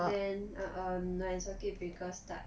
then err um like circuit breaker start